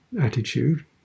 attitude